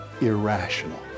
irrational